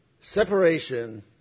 Separation